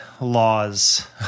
laws